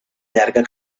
llarga